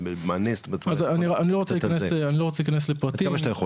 עד כמה שאתה יכול להיכנס לפרטים בבקשה.